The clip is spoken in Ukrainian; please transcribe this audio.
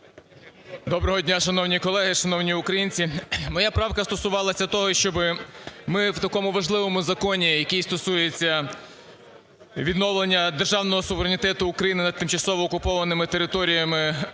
Доброго дня, шановні колеги, шановні українці. Моя правка стосувалася того, щоб ми в такому важливому законі, який стосується відновлення державного суверенітету України над тимчасово окупованими територіями